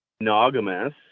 monogamous